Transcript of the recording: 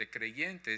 creyentes